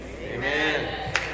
amen